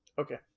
okay